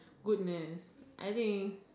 goodness I think